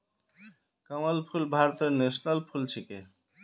कमल फूल भारतेर नेशनल फुल छिके